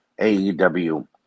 AEW